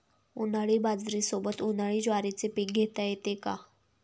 उन्हाळी बाजरीसोबत, उन्हाळी ज्वारीचे पीक घेता येते का?